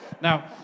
Now